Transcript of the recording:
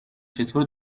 چطور